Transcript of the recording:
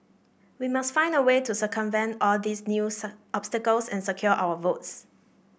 we must find a way to circumvent all these new obstacles and secure our votes